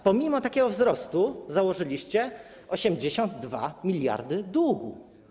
Pomimo takiego wzrostu założyliście 82 mld długu.